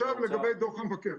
עכשיו, לגבי דוח המבקר.